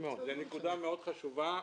זו נקודה מאוד חשובה.